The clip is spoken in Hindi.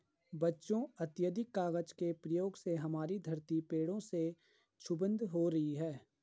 बच्चों अत्याधिक कागज के प्रयोग से हमारी धरती पेड़ों से क्षुब्ध हो रही है